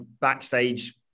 backstage